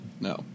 No